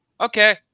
okay